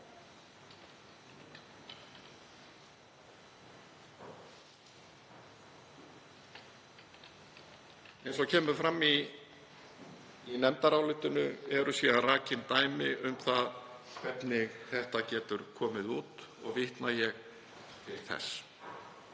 á árinu 2019. Í nefndarálitinu eru síðan rakin dæmi um það hvernig þetta getur komið út og vitna ég til þess.